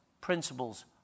principles